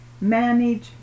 manage